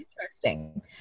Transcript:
interesting